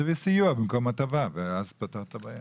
תכתבי סיוע במקום הטבה ואז פתרת את הבעיה.